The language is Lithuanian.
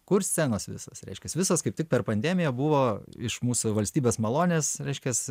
kur scenos visas reiškiasi visos kaip tik per pandemiją buvo iš mūsų valstybės malonės reiškiasi